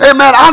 Amen